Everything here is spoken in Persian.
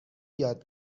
یاد